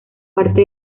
parte